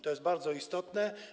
To jest bardzo istotne.